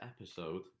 episode